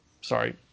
Sorry